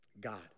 God